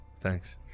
thanks